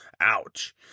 ouch